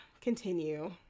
Continue